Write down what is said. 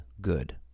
good